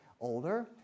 older